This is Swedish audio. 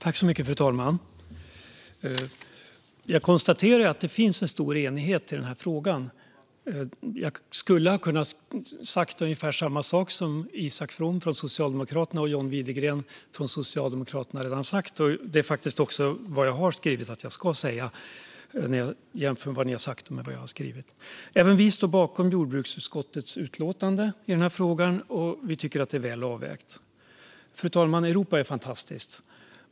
Fru talman! Jag konstaterar att det finns en stor enighet i den här frågan. Jag skulle ha kunnat säga ungefär samma sak som Isak From från Socialdemokraterna och John Widegren från Moderaterna redan har sagt, och det är faktiskt också vad jag har skrivit att jag ska säga. Det ser jag när jag jämför vad som har sagts med vad jag har skrivit. Även vi står bakom jordbruksutskottets utlåtande i den här frågan, och vi tycker att det är väl avvägt. Fru talman! Europa är fantastiskt.